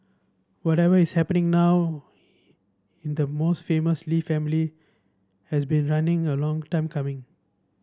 whatever is happening now in the most famous Lee family has been running a long time coming